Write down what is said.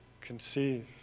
conceive